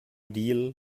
deal